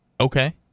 Okay